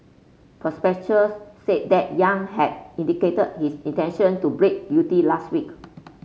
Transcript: said that Yang had indicated his intention to break guilty last week